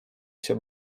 się